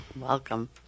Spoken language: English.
Welcome